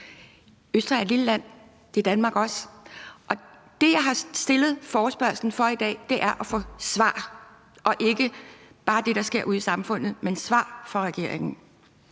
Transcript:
Østrig er et lille land, og det er Danmark også, og jeg har stillet forespørgslen i dag for at få svar og ikke bare høre om det, der sker ude i samfundet, men for at få svar fra regeringen.